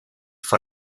for